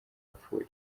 apfuye